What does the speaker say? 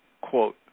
quote